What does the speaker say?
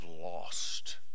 lost